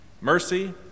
mercy